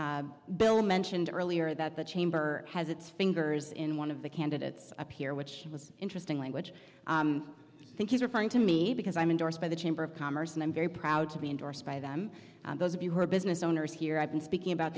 bill mentioned earlier that the chamber has its fingers in one of the candidates up here which was interesting language i think he's referring to me because i'm indoors by the chamber of commerce and i'm very proud to be endorsed by them those of you who are business owners here i've been speaking about